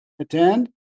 attend